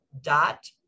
dot